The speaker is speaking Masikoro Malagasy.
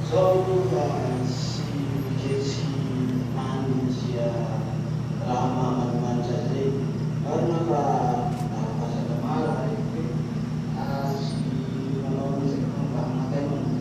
Zaho aloha tsy miketriky hany asia raha maha manimanitra azy rey. Marina fa ara-pahasalamà raha rey fa ah tsy manao anizay aho laha aminakahy manokany.